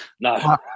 No